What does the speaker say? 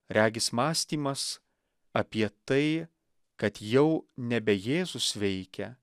regis mąstymas apie tai kad jau nebe jėzus veikia